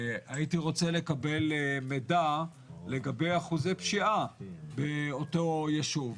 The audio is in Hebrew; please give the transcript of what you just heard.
הייתי רוצה לקבל מידע לגבי אחוזי פשיעה באותו יישוב.